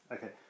Okay